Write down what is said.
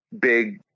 big